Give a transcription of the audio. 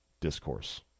discourse